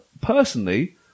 Personally